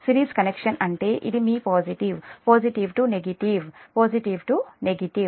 series connection అంటే ఇది మీ positive positive to negative positive to negative positive to negative